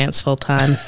full-time